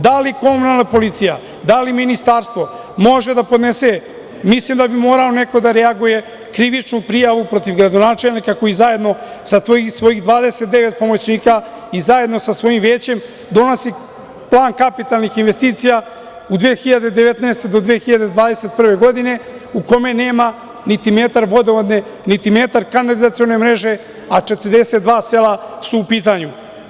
Da li komunalna policija, da li ministarstvo može da podnese, mislim da bi morao neko da reaguje, krivičnu prijavu protiv gradonačelnika koji zajedno sa svojih 29 pomoćnika i zajedno sa svojim većem donosi plan kapitalnih investicija od 2019. godine do 2021. godine u kome nema niti metar vodovodne niti metar kanalizacione mreže, 42 sela su u pitanju.